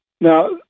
Now